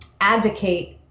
advocate